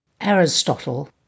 Aristotle